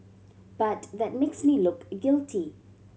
but that makes me look guilty